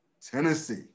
Tennessee